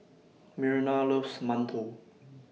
Myrna loves mantou